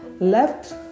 left